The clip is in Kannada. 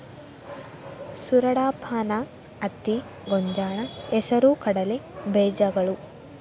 ಸೂರಡಪಾನ, ಹತ್ತಿ, ಗೊಂಜಾಳ, ಹೆಸರು ಕಡಲೆ ಬೇಜಗಳು